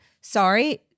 Sorry